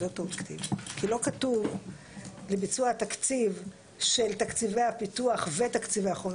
כי לא כתוב "לביצוע התקציב של תקציבי הפיתוח ותקציבי החומש",